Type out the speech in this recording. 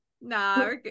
no